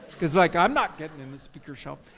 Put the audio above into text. cause like i'm not getting in the speaker shelf.